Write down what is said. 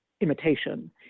imitation